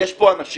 יש פה אנשים